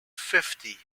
fifty